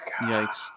yikes